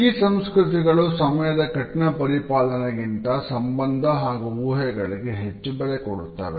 ಈ ಸಂಸ್ಕೃತಿಗಳು ಸಮಯದ ಕಠಿಣ ಪರಿಪಾಲನೆಗಿಂತ ಸಂಬಂಧ ಹಾಗೂ ಊಹೆಗಳಿಗೆ ಹೆಚ್ಚು ಬೆಲೆ ಕೊಡುತ್ತವೆ